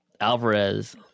Alvarez